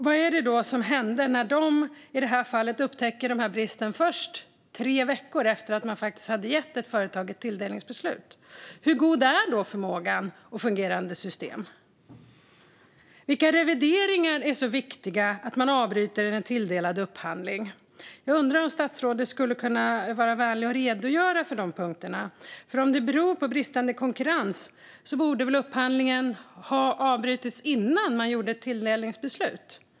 Vad var det då som hände i det här fallet, när man upptäckte bristerna först tre veckor efter att man hade fattat ett tilldelningsbeslut? Hur god är då förmågan, och hur fungerande är systemen? Vilka revideringar är så viktiga att man avbryter en tilldelad upphandling? Jag undrar om statsrådet vill vara vänlig att redogöra för de punkterna. Om det beror på brist på konkurrens borde väl upphandlingen ha avbrutits innan man gjorde tilldelningen?